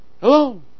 Hello